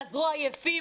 חזרו עייפים,